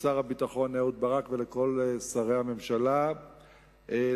לשר הביטחון אהוד ברק ולכל שרי הממשלה לעשות